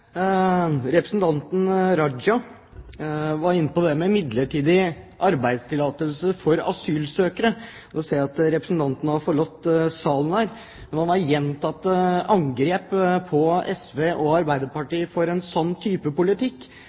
Representanten Raja var inne på det med midlertidig arbeidstillatelse for asylsøkere. Nå ser jeg at representanten har forlatt salen, men han har kommet med gjentatte angrep på SV og Arbeiderpartiet for en slik type politikk.